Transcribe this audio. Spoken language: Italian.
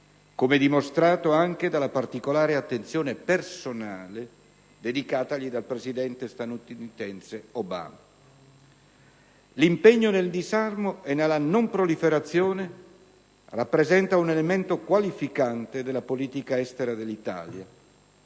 come dimostrato anche dalla particolare attenzione personale dedicatagli dal presidente statunitense Obama. L'impegno nel disarmo e nella non proliferazione rappresenta un elemento qualificante della politica estera dall'Italia